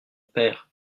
père